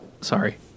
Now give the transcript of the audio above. Sorry